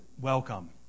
Welcome